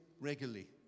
regularly